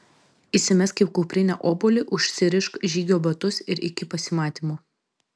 įsimesk į kuprinę obuolį užsirišk žygio batus ir iki pasimatymo